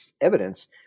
evidence